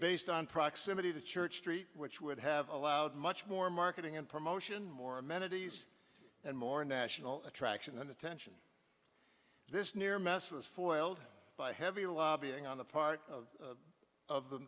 based on proximity to church street which would have allowed much more marketing and promotion more amenities and more national attraction and attention this near mass was foiled by heavy lobbying on the part of of the